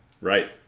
Right